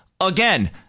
Again